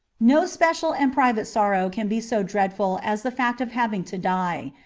no special and private sorrow can be so dreadful as the fact of having to die.